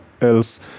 else